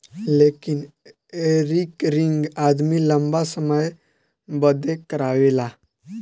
लेकिन रिकरिंग आदमी लंबा समय बदे करावेला